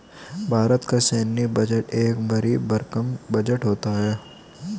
भारत का सैन्य बजट एक भरी भरकम बजट होता है